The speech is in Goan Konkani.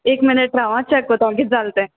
एक मिनीट राव आं चॅक कोत हांव कित जाल तें